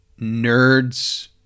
nerds